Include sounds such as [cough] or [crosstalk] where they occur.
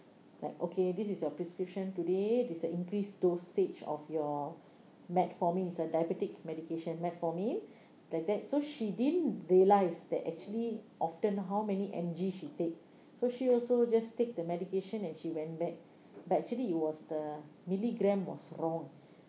like okay this is your prescription today this is the increased dosage of your metformin its a diabetic medication metformin [breath] like that so she didn't realise that actually often how many M_G she take so she also just take the medication and she went back but actually it was the milligram was wrong